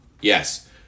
Yes